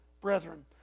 brethren